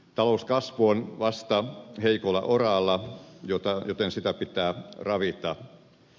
talouskasvu on vasta heikolla oraalla joten sitä pitää ravita